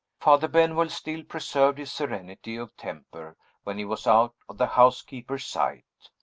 father benwell still preserved his serenity of temper when he was out of the housekeeper's sight.